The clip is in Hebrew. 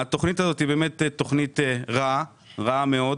התכנית הזאת היא באמת רעה מאוד.